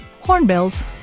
Hornbills